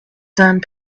sand